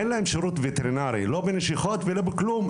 אין להם שירות וטרינרי לא בנשיכות ולא בכלום.